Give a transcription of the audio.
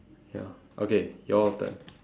ya okay your turn